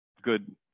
Good